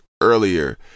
earlier